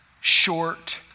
short